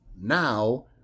now